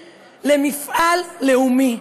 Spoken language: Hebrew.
מגדרי, למפעל לאומי,